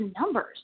numbers